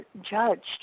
judged